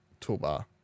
toolbar